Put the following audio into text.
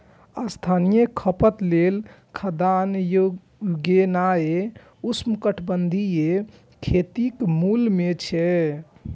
स्थानीय खपत लेल खाद्यान्न उगेनाय उष्णकटिबंधीय खेतीक मूल मे छै